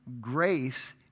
grace